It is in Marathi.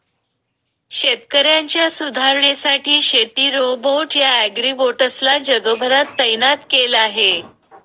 शेतकऱ्यांच्या सुधारणेसाठी शेती रोबोट या ॲग्रीबोट्स ला जगभरात तैनात केल आहे